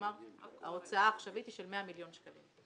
כלומר ההוצאה העכשווית היא של 100 מיליון שקלים.